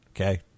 Okay